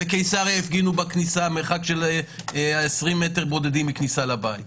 בקיסריה הפגינו במרחק של 20 מ' בודדים מהכניסה לבית.